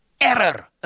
Error